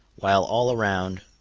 while all around,